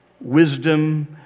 wisdom